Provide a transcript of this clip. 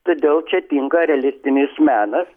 todėl čia tinka realistinis menas